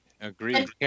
Agreed